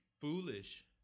foolish